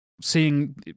seeing